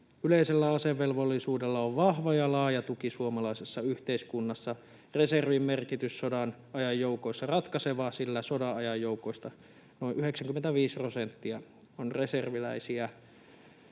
Yleisellä asevelvollisuudella on vahva ja laaja tuki suomalaisessa yhteiskunnassa. Reservin merkitys sodanajan joukoissa on ratkaiseva, sillä sodanajan joukoista noin 95 prosenttia on reserviläisiä.